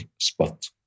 spot